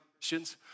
Christians